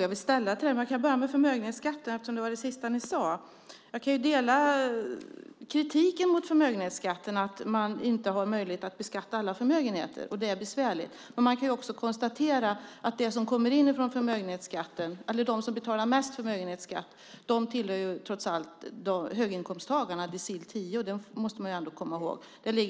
jag vill ställa till Gunnar Andrén. Jag kan börja med förmögenhetsskatten eftersom det var den sista frågan. Jag kan instämma i kritiken mot förmögenhetsskatten, att det inte är möjligt att beskatta alla förmögenheter. Det är besvärligt. Man kan också konstatera att de som betalar mest förmögenhetsskatt är höginkomsttagarna i decil 10. Det får vi komma ihåg.